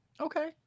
Okay